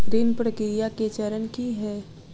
ऋण प्रक्रिया केँ चरण की है?